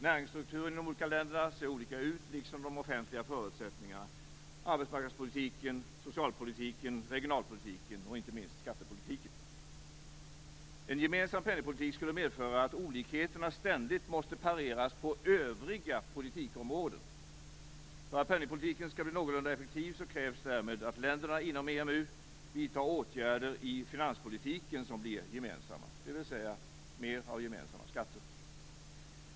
Näringsstrukturen i de olika länderna ser olika ut, liksom de offentliga förutsättningarna - arbetsmarknadspolitiken, socialpolitiken, regionalpolitiken och inte minst skattepolitiken. En gemensam penningpolitik skulle medföra att olikheterna ständigt måste pareras på övriga politikområden. För att penningpolitiken skall bli någorlunda effektiv krävs därmed att länderna inom EMU vidtar åtgärder i finanspolitiken som blir gemensamma, dvs. mer av gemensamma skatter.